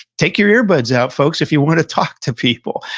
take your earbuds out, folks, if you want to talk to people.